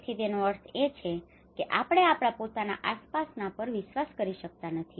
તેથી તેનો અર્થ એ છે કે આપણે આપણા પોતાના આસપાસના પર વિશ્વાસ કરી શકતા નથી